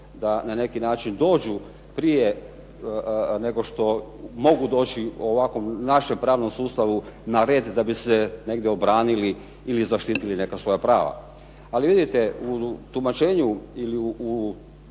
da na neki način dođu prije nego što mogu doći ovako u našem pravnom sustavu na red da bi se negdje obranili ili zaštitili neka svoja prava. Ali vidite, u tumačenju i u